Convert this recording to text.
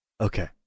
Okay